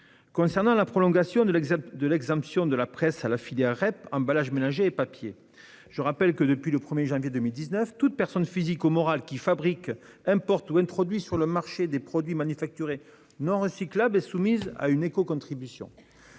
Concernant la prolongation de l'exemption de participation à la filière REP emballages ménagers et REP papier accordée à la presse, je rappelle que, depuis le 1 janvier 2019, toute personne physique ou morale qui fabrique, importe ou introduit sur le marché des produits manufacturés non recyclables est soumise à une écocontribution.